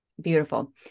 Beautiful